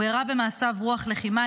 הוא "הראה במעשיו רוח לחימה,